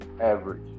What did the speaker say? average